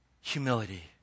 humility